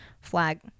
Flag